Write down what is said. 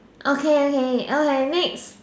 okay okay okay next